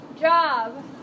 job